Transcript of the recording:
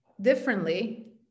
differently